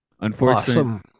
Unfortunately